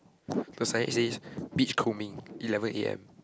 the signage says beach combing eleven A_M